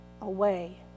away